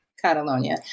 Catalonia